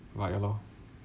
what ya loh